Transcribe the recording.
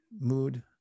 mood